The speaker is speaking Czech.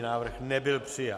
Návrh nebyl přijat.